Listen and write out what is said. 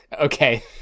Okay